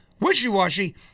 Wishy-washy